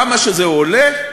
כמה שזה עולה,